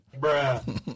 Bruh